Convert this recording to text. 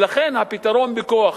ולכן הפתרון בכוח,